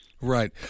Right